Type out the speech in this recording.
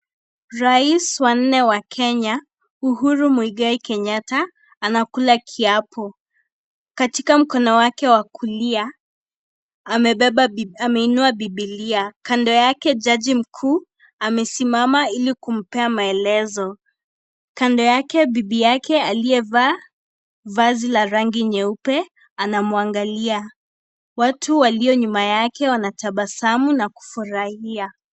Rais wa nne wa Kenya Uhuru Muigai Kenyatta anakula kiapo . Katika mkono wake wa kulia amebeba ameinua bibilia kando yake jaji mkuu amesimama ili kumpea maelezo. Kando yake bibi yake aliyevaa vazi la rangi nyeupe anamwangalia . Watu walio nyuma yake wanatabasamu na kufurahia.